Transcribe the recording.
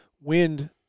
wind